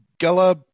Gela-